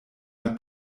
der